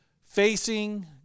facing